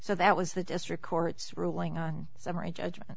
so that was the district court's ruling on summary judgment